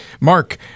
Mark